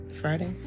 Friday